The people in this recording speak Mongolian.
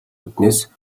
үүднээс